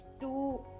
two